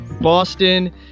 boston